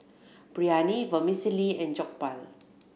Biryani Vermicelli and Jokbal